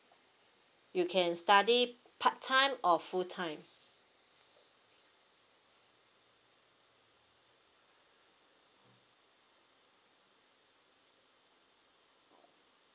you can study part time or full time